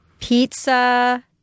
Pizza